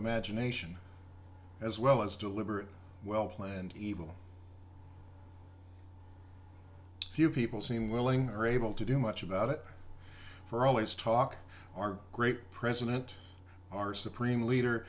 imagination as well as deliberate well planned evil few people seem willing or able to do much about it for always talk our great president our supreme leader